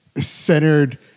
centered